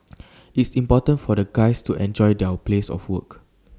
it's important for the guys to enjoy their place of work